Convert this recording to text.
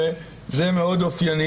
זה מאוד אופייני.